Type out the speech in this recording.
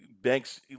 banks